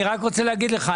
אני רק רוצה להגיד לך,